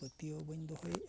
ᱯᱟᱹᱛᱤᱭᱟᱹᱣ ᱵᱟᱹᱧ ᱫᱚᱦᱚᱭᱮᱜᱼᱟ